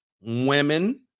women